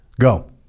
go